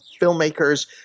filmmakers